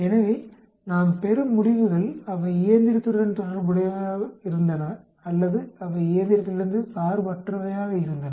எனவே நாம் பெறும் முடிவுகள் அவை இயந்திரத்துடன் தொடர்புடையவையாக இருந்தன அல்லது அவை இயந்திரத்திலிருந்து சார்பற்றவையாக இருந்தன